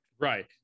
Right